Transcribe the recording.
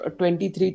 23